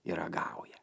ir ragauja